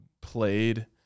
played